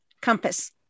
compass